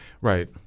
Right